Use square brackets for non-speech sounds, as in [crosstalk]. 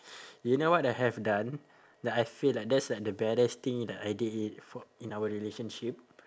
[breath] do you know what I have done that I feel like that's like the baddest thing that I did it for in our relationship